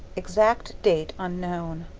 exact date unknown